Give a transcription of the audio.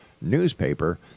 newspaper